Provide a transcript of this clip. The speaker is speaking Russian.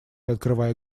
открывая